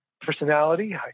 personality